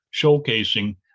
showcasing